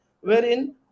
wherein